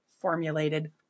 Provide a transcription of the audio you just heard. formulated